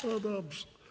No dobrze.